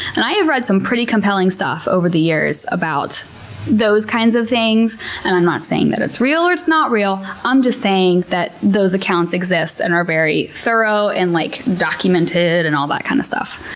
and i have read some pretty compelling stuff over the years about those kinds of things. and i'm not saying that it's real or not real, i'm just saying that those accounts exist and are very thorough, and like documented, and all that kind of stuff.